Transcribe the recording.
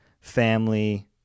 family